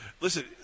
listen